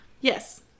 Yes